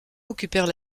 occupèrent